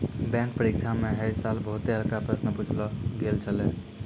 bank परीक्षा म है साल बहुते हल्का प्रश्न पुछलो गेल छलै